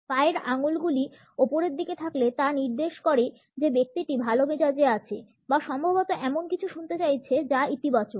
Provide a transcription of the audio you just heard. পায়ের আঙ্গুলগুলি উপরের দিকে থাকলে তা নির্দেশ করে যে ব্যক্তিটি ভাল মেজাজে আছে বা সম্ভবত এমন কিছু শুনতে চাইছে যা ইতিবাচক